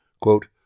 Quote